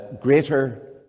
greater